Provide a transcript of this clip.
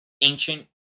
ancient